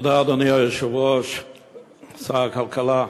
אדוני היושב-ראש, תודה, שר הכלכלה,